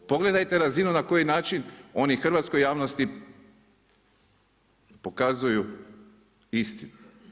Pogledajte razinu na koji način oni hrvatskoj javnosti pokazuju istinu?